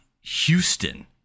Houston